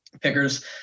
pickers